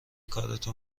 کارتو